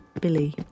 Billy